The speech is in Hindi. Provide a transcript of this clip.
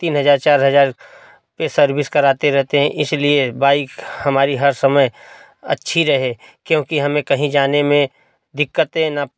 तीन हज़ार चार हज़ार पर सर्विस कराते रहते हैं इसलिए बाइक हमारी हर समय अच्छी रहे क्योंकि हमें कहीं जाने में दिक्कतें न